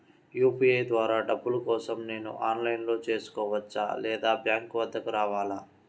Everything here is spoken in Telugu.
యూ.పీ.ఐ ద్వారా డబ్బులు కోసం నేను ఆన్లైన్లో చేసుకోవచ్చా? లేదా బ్యాంక్ వద్దకు రావాలా?